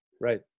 Right